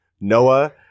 Noah